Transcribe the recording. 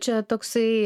čia toksai